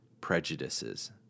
prejudices